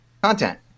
content